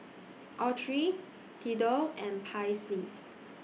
Autry Theadore and Paisley